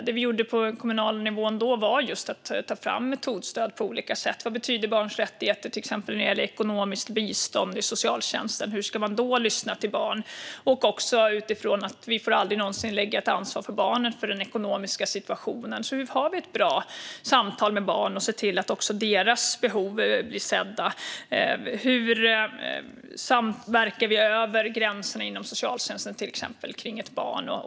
Det vi gjorde på kommunal nivå då var just att ta fram metodstöd på olika sätt. Det handlar till exempel om vad barns rättigheter betyder när det gäller ekonomiskt bistånd i socialtjänsten. Hur ska man då lyssna till barn? Vi får inte heller någonsin lägga ett ansvar på barnet för den ekonomiska situationen. Så hur har vi ett bra samtal med barn och ser till att också deras behov blir sedda? Hur samverkar vi över gränserna inom socialtjänsten, till exempel, kring ett barn?